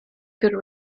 could